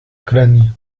ucrania